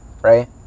Right